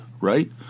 Right